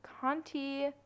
conti